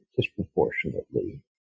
disproportionately